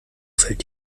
fällt